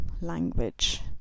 language